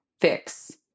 fix